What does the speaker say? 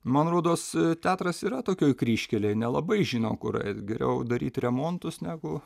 man rodos teatras yra tokioj kryžkelėj nelabai žinau kur eit geriau daryt remontus negu